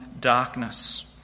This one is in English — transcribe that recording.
darkness